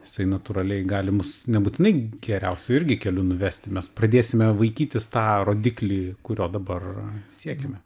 jisai natūraliai gali mus ne būtinai geriausiu irgi keliu nuvesti mes pradėsime vaikytis tą rodiklį kurio dabar siekiame